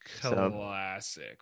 Classic